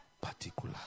Particular